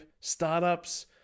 startups